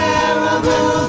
Terrible